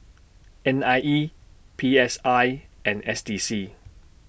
N I E P S I and S D C